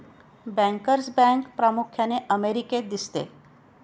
bankers bank प्रामुख्याने अमेरिकेत दिसते